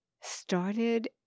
started